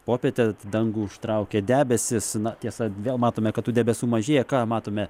popietę dangų užtraukė debesys na tiesa vėl matome kad tų debesų mažėja ką matome